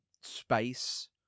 space